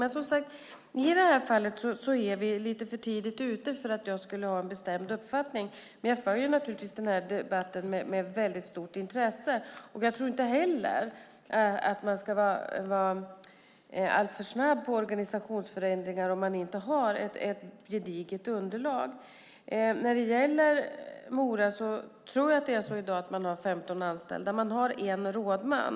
Men, som sagt, i det här fallet är vi lite för tidigt ute för att jag ska ha en bestämd uppfattning, men jag följer naturligtvis den här debatten med stort intresse. Jag tror inte heller att man ska vara alltför snabb med organisationsförändringar om man inte har ett gediget underlag. När det gäller Mora tror jag att man i dag har 15 anställda. Man har en rådman.